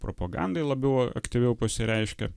propagandai labiau aktyviau pasireiškia